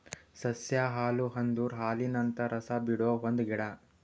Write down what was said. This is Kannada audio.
ಸಸ್ಯ ಹಾಲು ಅಂದುರ್ ಹಾಲಿನಂತ ರಸ ಬಿಡೊ ಒಂದ್ ಗಿಡ